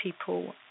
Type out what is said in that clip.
people